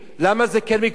למה זה כן מקובל?